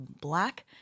Black